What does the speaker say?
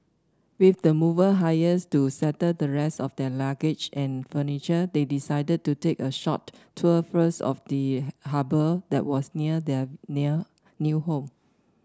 with the mover hires to settle the rest of their luggage and furniture they decided to take a short tour first of the harbour that was near their near new home